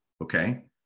Okay